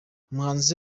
umuhanzi